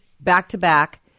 back-to-back